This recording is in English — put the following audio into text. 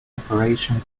operation